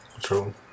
true